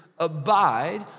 abide